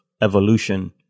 evolution